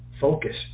focus